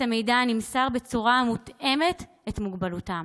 המידע הנמסר בצורה התואמת את מוגבלותם.